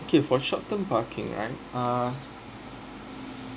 okay for short term parking right uh